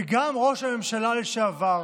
וגם ראש הממשלה לשעבר